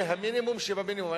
שזה המינימום שבמינימום.